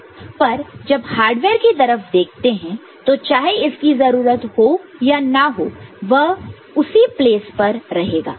पर जब हार्डवेयर की तरफ देखते तो चाहे इसकी जरूरत हो या ना हो वह उसी प्लेस पर रहेगा